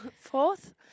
Fourth